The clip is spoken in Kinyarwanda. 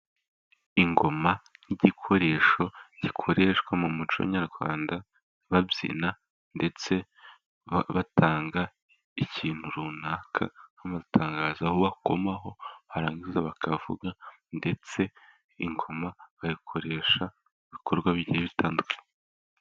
Ingoma nk'igikoresho gikoreshwa mu muco nyarwanda babyina, ndetse batanga ikintu runaka nk'amatangazo. Bakomaho, barangiza bakavuga. Ndetse ingoma bayikoresha ibikorwa bigiye bitandukanye.